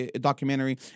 documentary